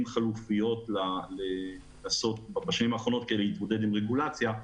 חלופיות בשנים האחרונות כדי להתמודד עם רגולציה.